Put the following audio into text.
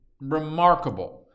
remarkable